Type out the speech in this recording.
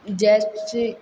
जैसे